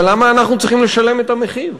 אבל למה אנחנו צריכים לשלם את המחיר?